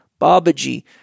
Babaji